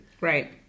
Right